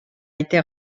été